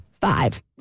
five